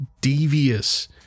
devious